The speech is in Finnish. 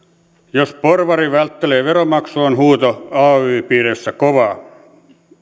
jos porvari välttelee veronmaksua on huuto ay piireissä kova